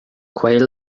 caol